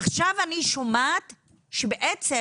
עכשיו אני שומעת שבעצם